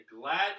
gladly